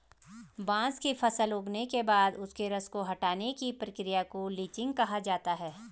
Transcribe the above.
बांस की फसल उगने के बाद उसके रस को हटाने की प्रक्रिया को लीचिंग कहा जाता है